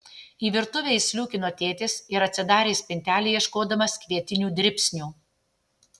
į virtuvę įsliūkino tėtis ir atsidarė spintelę ieškodamas kvietinių dribsnių